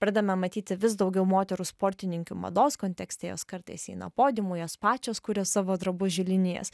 pradedame matyti vis daugiau moterų sportininkių mados kontekste jos kartais eina podiumu jos pačios kuria savo drabužių linijas